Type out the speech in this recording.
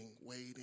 waiting